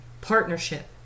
partnership